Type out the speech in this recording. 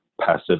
passive